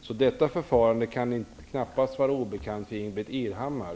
så det förfarandet kan knappast vara obekant för